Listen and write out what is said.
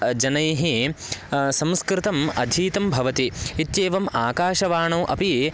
जनैः संस्कृतम् अधीतं भवति इत्येवम् आकाशवाणौ अपि